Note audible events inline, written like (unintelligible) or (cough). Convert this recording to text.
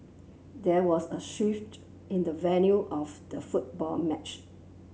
there was a (unintelligible) in the venue off the football match